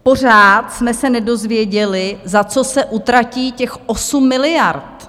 Pořád jsme se nedozvěděli, za co se utratí těch 8 miliard.